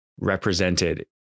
represented